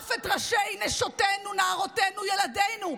ערף את ראשי נשותינו, נערותינו, ילדינו.